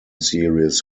series